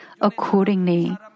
accordingly